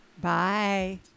Bye